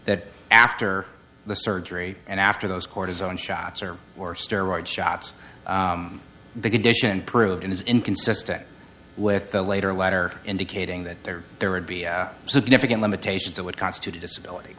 that after the surgery and after those cortisone shots or or steroid shots begin dition proved it is inconsistent with the later letter indicating that there there would be significant limitations that would constitute a disability